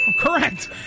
Correct